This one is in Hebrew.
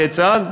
כיצד?